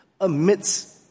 amidst